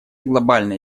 глобальная